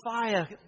fire